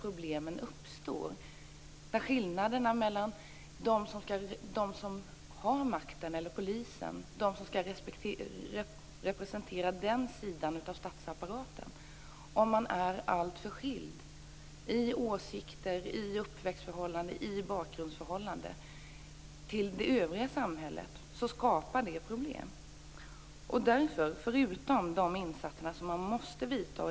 Problemen uppstår om skillnaderna är för stora mellan dem som har makten, eller polisen, dvs. de som skall representera den sidan av statsapparaten, och övriga, om åsikter, uppväxtförhållanden och andra bakgrundsförhållanden skiljer sig för mycket åt jämfört med det övriga samhället.